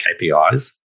KPIs